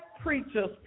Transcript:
preachers